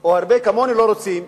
או הרבה כמוני לא רוצים,